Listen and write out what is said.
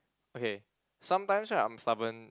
okay sometimes right I'm stubborn